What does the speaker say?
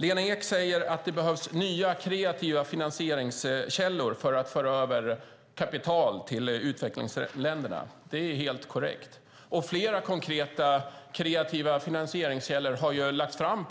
Lena Ek sade att det behövs nya kreativa finansieringskällor för att föra över kapital till utvecklingsländerna. Det är helt korrekt. Förslag till flera konkreta kreativa finansieringskällor har lagts fram,